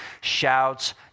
shouts